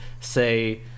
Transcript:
say